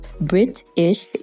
British